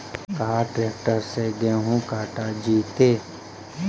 का ट्रैक्टर से गेहूं कटा जितै?